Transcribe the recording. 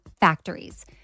factories